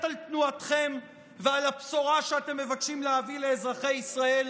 על תנועתכם ועל הבשורה שאתם מבקשים להביא לאזרחי ישראל?